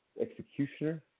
executioner